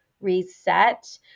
reset